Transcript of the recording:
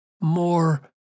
more